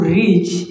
reach